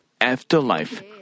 afterlife